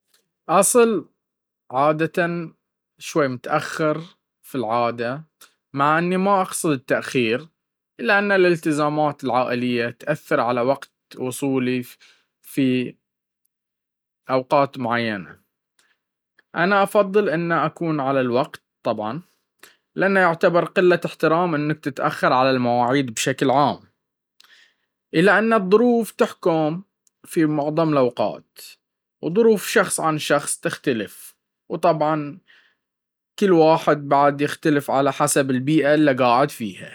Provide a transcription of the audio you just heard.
أصل عادة شوية متأخر في العادة مع اني ما اقصد التأخير الا ان الإتزامات العائلية تأثر على وقت وصولي في أوقات معينة, أنا افضل انه اكون على الوقت طبعًا, لأنه يعتبر قلة احترام انك تتأخر على المواعيد بشكل عام الا ان الضروف تحكم في معضم الأوقات وضروف شخص عن شخص تختلف, وطبعًا كل واحد بعد يختلف على حسب البيئة اللي قاعد فيها.